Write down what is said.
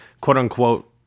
quote-unquote